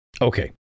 Okay